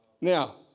Now